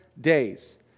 days